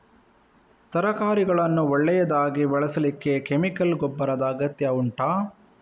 ತರಕಾರಿಗಳನ್ನು ಒಳ್ಳೆಯದಾಗಿ ಬೆಳೆಸಲಿಕ್ಕೆ ಕೆಮಿಕಲ್ ಗೊಬ್ಬರದ ಅಗತ್ಯ ಉಂಟಾ